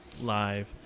live